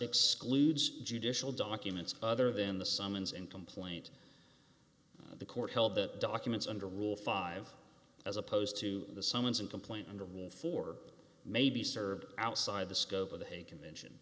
excludes judicial documents other than the summons and complaint the court held the documents under rule five as opposed to the summons and complaint under one for may be served outside the scope of the